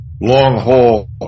long-haul